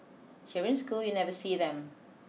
here in school you never see them